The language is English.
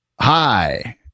hi